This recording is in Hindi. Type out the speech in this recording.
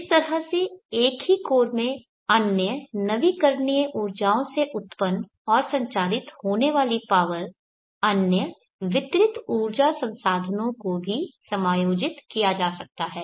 इस तरह से एक ही कोर में अन्य नवीकरणीय ऊर्जाओं से उत्पन्न और संचारित होने वाली पावर अन्य वितरित ऊर्जा संसाधनों को भी समायोजित किया जा सकता है